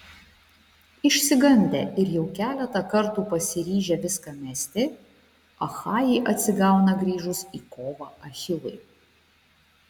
išsigandę ir jau keletą kartų pasiryžę viską mesti achajai atsigauna grįžus į kovą achilui